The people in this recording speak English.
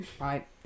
right